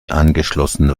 angeschlossen